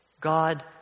God